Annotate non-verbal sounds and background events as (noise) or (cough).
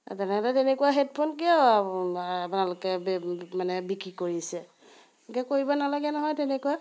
(unintelligible) তেনেকুৱা হেডফোন কিয় ভালকৈ মানে বিক্ৰী কৰিছে এনেকৈ কৰিব নালাগে নহয় তেনেকুৱা